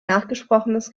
nachgesprochenes